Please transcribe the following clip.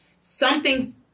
something's